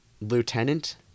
Lieutenant